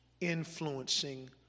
influencing